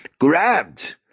grabbed